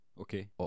Okay